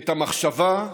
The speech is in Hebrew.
את המחשבה,